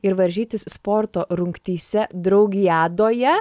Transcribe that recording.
ir varžytis sporto rungtyse draugijadoje